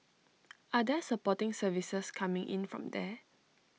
are there supporting services coming in from there